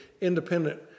independent